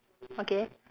okay